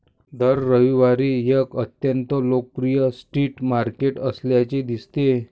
दर रविवारी एक अत्यंत लोकप्रिय स्ट्रीट मार्केट असल्याचे दिसते